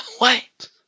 Wait